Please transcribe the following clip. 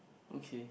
okay